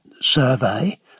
survey